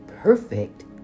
perfect